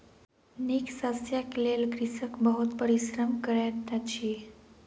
नीक शस्यक लेल कृषक बहुत परिश्रम करैत अछि